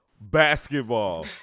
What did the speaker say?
basketball